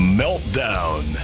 meltdown